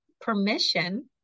permission